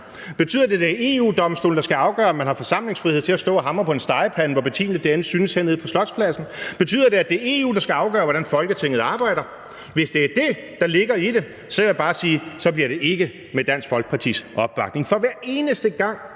Betyder det, at det er EU-Domstolen, der skal afgøre, om man har forsamlingsfrihed til at stå og hamre på en stegepande, hvor betimeligt det end synes, hernede på Slotspladsen? Betyder det, at det er EU, der skal afgøre, hvordan Folketinget arbejder? Hvis det er det, der ligger i det, så vil jeg bare sige, at det ikke bliver med Dansk Folkepartis opbakning. For hver eneste gang